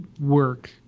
work